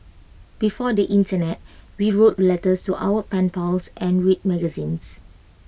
before the Internet we wrote letters to our pen pals and read magazines